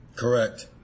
Correct